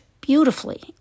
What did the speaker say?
beautifully